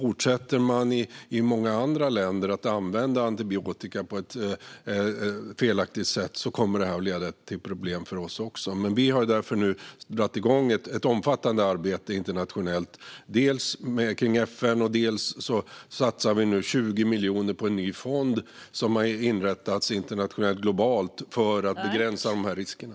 Om man i många andra länder fortsätter att använda antibiotika på ett felaktigt sätt kommer det att leda till problem också för oss. Därför har vi dragit igång ett omfattande arbete internationellt, dels när det gäller FN, dels när det gäller den nya fond där vi nu satsar 20 miljoner och som har inrättats internationellt och globalt för att begränsa riskerna.